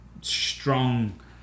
strong